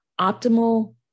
Optimal